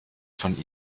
von